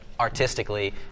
artistically